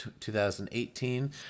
2018